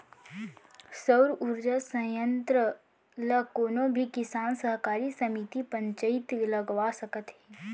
सउर उरजा संयत्र ल कोनो भी किसान, सहकारी समिति, पंचईत लगवा सकत हे